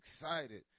excited